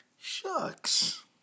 Shucks